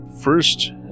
First